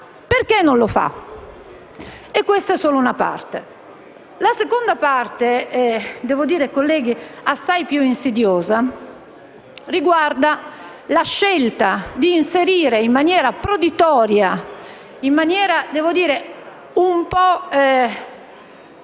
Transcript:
perché non lo fa? E questa è solo una parte. La seconda parte - devo dire, colleghi, assai più insidiosa - riguarda la scelta di inserire in Commissione alla Camera, in maniera proditoria, un po'